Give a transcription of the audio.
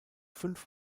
fünf